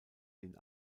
den